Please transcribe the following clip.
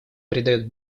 придает